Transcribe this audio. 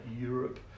Europe